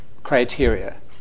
criteria